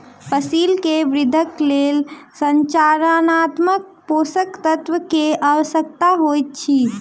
फसिल के वृद्धिक लेल संरचनात्मक पोषक तत्व के आवश्यकता होइत अछि